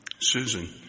Susan